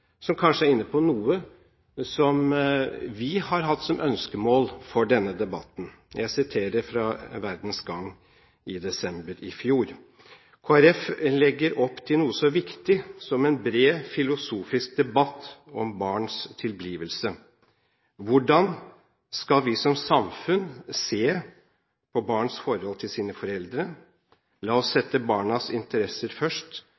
som kanskje er inne på noe vi har hatt som ønskemål for denne debatten. Jeg siterer fra Verdens Gang i desember i fjor: «KrF legger opp til noe så viktig som en bred, filosofisk debatt om barns tilblivelse. Hvordan skal vi som samfunn se på barns forhold til sine foreldre? La oss sette barnas interesser først.